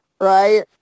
right